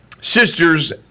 sisters